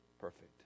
perfect